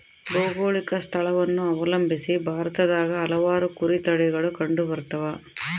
ಭೌಗೋಳಿಕ ಸ್ಥಳವನ್ನು ಅವಲಂಬಿಸಿ ಭಾರತದಾಗ ಹಲವಾರು ಕುರಿ ತಳಿಗಳು ಕಂಡುಬರ್ತವ